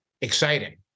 exciting